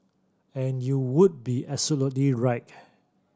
and you would be absolutely right